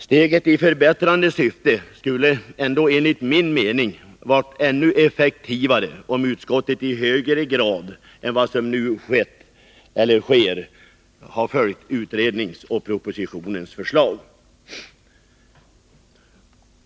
Steget i förbättrande syfte skulle enligt min mening ha varit ännu effektivare, om utskottet i högre grad än vad som nu sker hade följt utredningens och propositionens förslag.